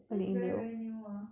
that's very very new ah